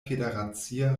federacia